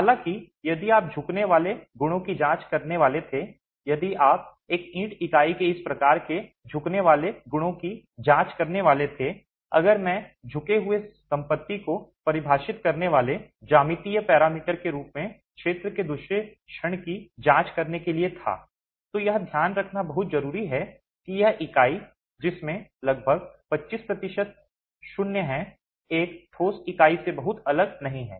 हालांकि यदि आप झुकने वाले गुणों की जांच करने वाले थे यदि आप एक ईंट इकाई के इस प्रकार के झुकने वाले गुणों की जांच करने वाले थे अगर मैं झुके हुए संपत्ति को परिभाषित करने वाले ज्यामितीय पैरामीटर के रूप में क्षेत्र के दूसरे क्षण की जांच करने के लिए था तो यह ध्यान रखना बहुत जरूरी है कि यह इकाई जिसमें लगभग 25 प्रतिशत शून्य है एक ठोस इकाई से बहुत अलग नहीं है